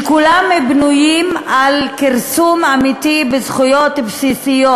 שכולם בנויים על כרסום אמיתי בזכויות בסיסיות,